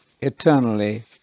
eternally